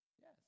Yes